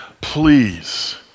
please